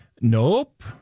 Nope